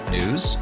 News